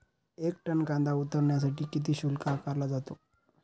एक टन कांदा उतरवण्यासाठी किती शुल्क आकारला जातो?